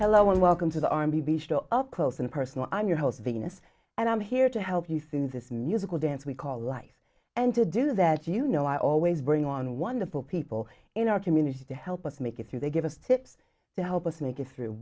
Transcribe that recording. hello and welcome to the army up close and personal i'm your host venus and i'm here to help you through this musical dance we call life and to do that you know i always bring on wonderful people in our community to help us make it through they give us tips to help us make it through